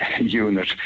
Unit